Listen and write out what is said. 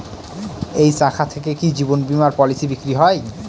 এই শাখা থেকে কি জীবন বীমার পলিসি বিক্রয় হয়?